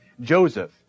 Joseph